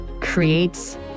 creates